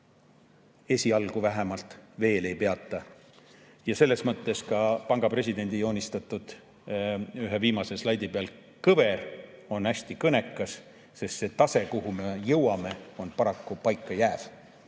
Esialgu vähemalt veel ei peata. Selles mõttes on panga presidendi ühe viimase slaidi peal olev kõver hästi kõnekas, sest see tase, kuhu me jõuame, jääb paraku paika,